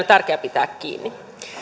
tärkeä pitää kiinni